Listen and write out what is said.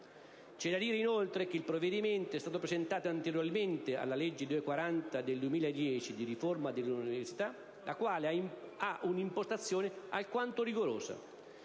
C'è da dire, inoltre, che il provvedimento è stato presentato anteriormente alla legge n. 240 del 2010 di riforma dell'università, la quale ha un'impostazione alquanto rigorosa.